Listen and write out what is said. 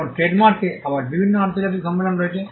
এখন ট্রেডমার্কে আবার বিভিন্ন আন্তর্জাতিক সম্মেলন রয়েছে